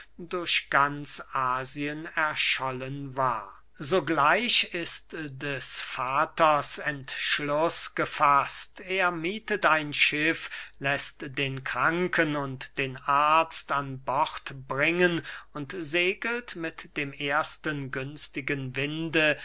durch ganz asien erschollen war sogleich ist des vaters entschluß gefaßt er miethet ein schiff läßt den kranken und den arzt an bord bringen und segelt mit dem ersten günstigen winde